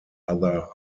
other